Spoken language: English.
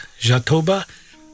Jatoba